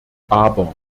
aber